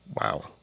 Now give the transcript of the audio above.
Wow